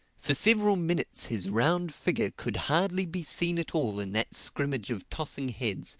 for several minutes his round figure could hardly be seen at all in that scrimmage of tossing heads,